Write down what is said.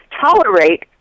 tolerate